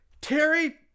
Terry